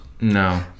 No